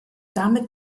damit